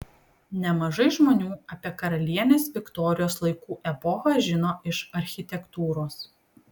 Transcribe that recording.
nemažai žmonių apie karalienės viktorijos laikų epochą žino iš architektūros